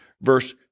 verse